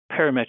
parametric